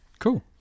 Cool